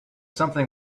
something